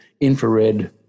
infrared